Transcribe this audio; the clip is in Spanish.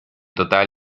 total